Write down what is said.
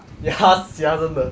ya sia 真的